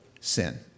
sin